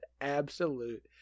absolute